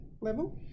level